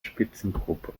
spitzengruppe